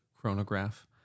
Chronograph